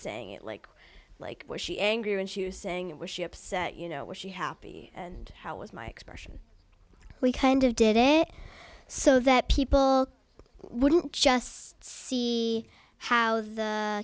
saying it like like was she angry when she was saying was she upset you know was she happy and how it was my expression we kind of did it so that people wouldn't just see how the